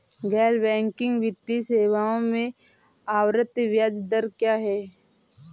गैर बैंकिंग वित्तीय सेवाओं में आवर्ती ब्याज दर क्या है?